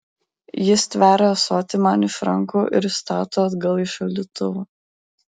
ji stveria ąsotį man iš rankų ir stato atgal į šaldytuvą